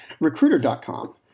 Recruiter.com